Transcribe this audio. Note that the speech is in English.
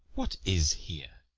what is here?